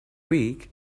week